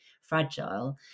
fragile